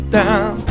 down